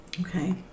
Okay